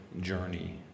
journey